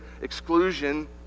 exclusion